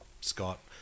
Scott